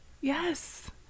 yes